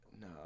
No